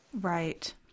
right